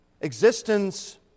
existence